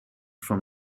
from